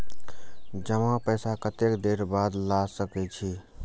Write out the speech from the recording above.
जमा पैसा कतेक देर बाद ला सके छी?